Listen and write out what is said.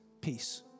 peace